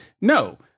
no